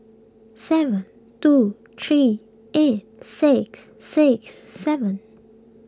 seven two three eight six six seven